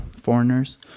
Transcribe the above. foreigners